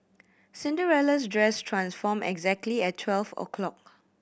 Cinderella's dress transformed exactly at twelve o'clock